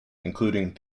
including